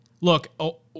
Look